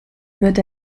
wird